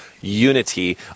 unity